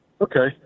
Okay